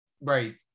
right